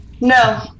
No